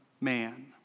man